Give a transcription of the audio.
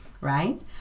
right